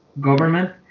government